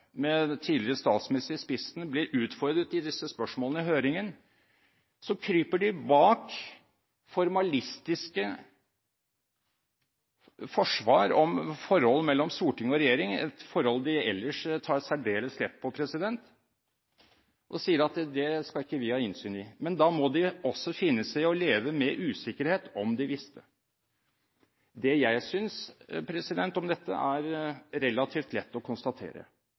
med tidligere statsminister i spissen, blir utfordret i disse spørsmålene i høringen, så kryper de bak formalistiske forsvar om forhold mellom storting og regjering – et forhold de ellers tar særdeles lett på – og sier at det skal ikke vi ha innsyn i. Da må de også finne seg i å leve med usikkerhet om de visste. Det jeg synes om dette, er relativt lett å konstatere.